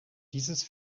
dieses